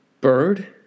bird